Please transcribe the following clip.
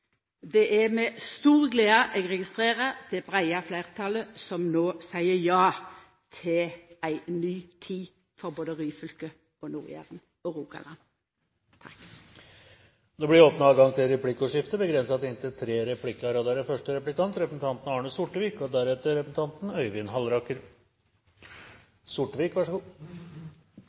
Det er med stor glede eg registrerer det breie fleirtalet som no seier ja til ei ny tid for både Ryfylke og Nord-Jæren – og Rogaland. Det blir adgang til replikkordskifte. Når et prosjekt som dette kommer til